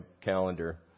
calendar